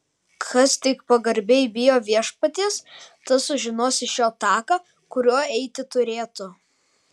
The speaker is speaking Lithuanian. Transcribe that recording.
kas tik pagarbiai bijo viešpaties tas sužino iš jo taką kuriuo eiti turėtų